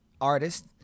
artist